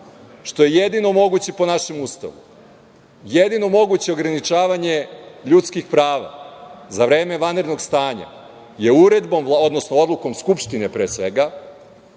što je jedino moguće po našem Ustavu. Jedino moguće ograničavanje ljudskih prava za vreme vanrednog stanja je uredbom, odnosno pre svega